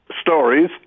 stories